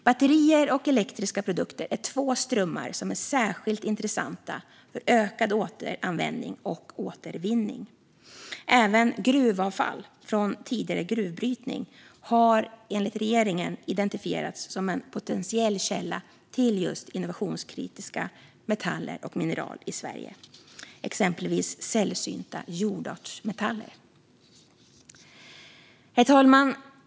Batterier och elektriska produkter är två strömmar som är särskilt intressanta för ökad återanvändning och återvinning. Även gruvavfall från tidigare gruvbrytning har enligt regeringen identifierats som en potentiell källa till innovationskritiska metaller och mineral i Sverige, exempelvis sällsynta jordartsmetaller. Herr talman!